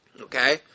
Okay